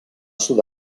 sud